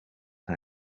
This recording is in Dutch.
hij